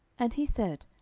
and he said,